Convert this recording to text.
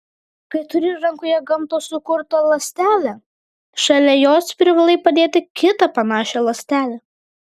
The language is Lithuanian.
kai turi rankoje gamtos sukurtą ląstelę šalia jos privalai padėti kitą panašią ląstelę